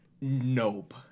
nope